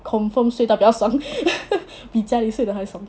confirm 睡到比较爽 比家里睡得还爽